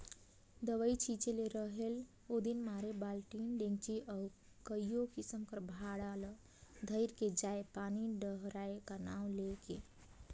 दवई छिंचे ले रहेल ओदिन मारे बालटी, डेचकी अउ कइयो किसिम कर भांड़ा ल धइर के जाएं पानी डहराए का नांव ले के